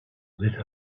lit